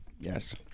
yes